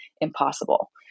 impossible